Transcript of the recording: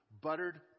buttered